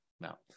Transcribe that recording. now